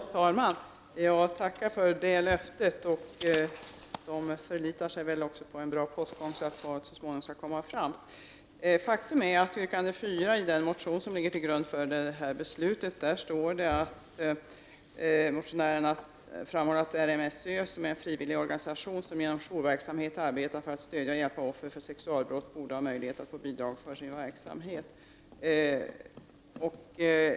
Herr talman! Jag tackar för socialministerns löfte. Om man kan förlita sig på en bra postgång, kommer väl svaret fram så småningom. I motion 1988/89:§0222 som ligger till grund för beslutet framhålls i yrkande 4 att RMSÖ -— som är en frivillig organisation som genom jourverksamhet arbetar för att stödja och hjälpa offer för sexualbrott — borde ha möjlighet att få bidrag för sin verksamhet.